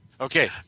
Okay